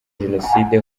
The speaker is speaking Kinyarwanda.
jenoside